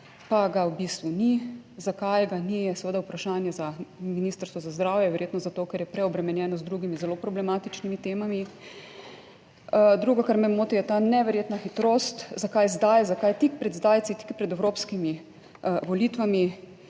pa ga v bistvu ni. Zakaj ga ni, je seveda vprašanje za Ministrstvo za zdravje. Verjetno zato, ker je preobremenjeno z drugimi zelo problematičnimi temami. Drugo, kar me moti, je ta neverjetna hitrost, zakaj zdaj, zakaj tik pred zdajci, tik pred evropskimi volitvami.